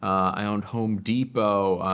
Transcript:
i owned home depot.